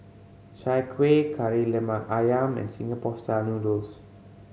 Chai Kueh Kari Lemak Ayam and Singapore Style Noodles